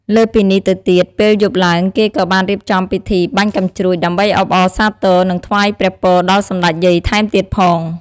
លើសពីនេះទៅទៀតពេលយប់ឡើងគេក៏បានរៀបចំពីធីបាញ់កាំជ្រួចដើម្បីអបអរសាទរ និងថ្វាយព្រះពរដល់សម្តេចយាយថែមទៀតផង។